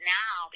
now